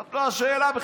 זו לא השאלה בכלל.